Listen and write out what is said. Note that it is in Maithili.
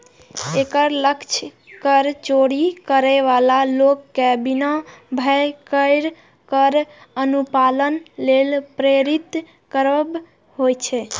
एकर लक्ष्य कर चोरी करै बला लोक कें बिना भय केर कर अनुपालन लेल प्रेरित करब होइ छै